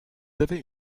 avaient